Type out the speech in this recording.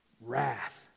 Wrath